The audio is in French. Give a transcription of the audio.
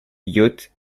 yacht